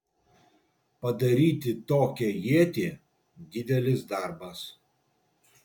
padaryti tokią ietį didelis darbas